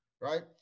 right